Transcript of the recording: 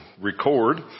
record